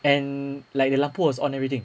and like the lampu was on everything